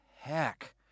heck